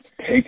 take